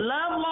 Love